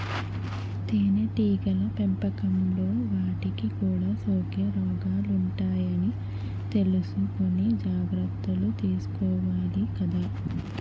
తేనెటీగల పెంపకంలో వాటికి కూడా సోకే రోగాలుంటాయని తెలుసుకుని జాగర్తలు తీసుకోవాలి కదా